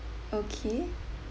okay